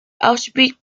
auschwitz